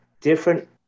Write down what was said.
different